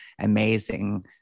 amazing